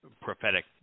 prophetic